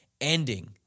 ending